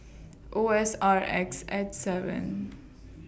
O S R X H seven